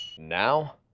Now